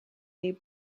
les